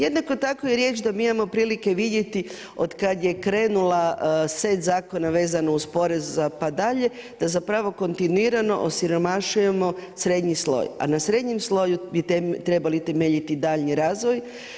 Jednako tako je riječ da mi imamo prilike vidjeti od kada je krenula set zakona vezano uz poreze za dalje, da zapravo kontinuirano osiromašujemo srednji sloj, a na srednjem sloju bi trebali temeljiti daljnji razvoj.